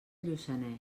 lluçanès